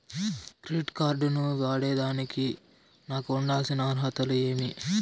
Credit card ను వాడేదానికి నాకు ఉండాల్సిన అర్హతలు ఏమి?